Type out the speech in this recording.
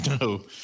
no